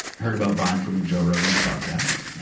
heard about vine from joe rogan's podcast.